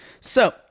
So-